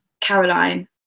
Caroline